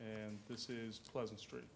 and this is a pleasant street